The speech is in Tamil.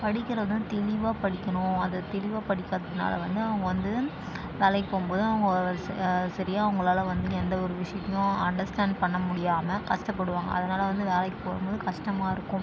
படிக்கிறதை தெளிவாக படிக்கணும் அதை தெளிவாக படிக்காததுனால் வந்து அவங்க வந்து வேலைக்கு போகும்போது அவங்க ச சரியா அவங்களால் வந்து எந்தவொரு விஷயத்தையும் அண்டர்ஸ்டேண்ட் பண்ணமுடியாமல் கஷ்டப்படுவாங்க அதனால் வந்து வேலைக்கு போகும்போது கஷ்டமா இருக்கும்